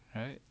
right